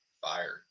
fire